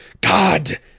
God